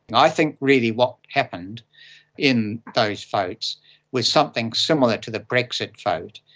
and i think really what happened in those votes was something similar to the brexit vote.